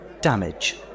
damage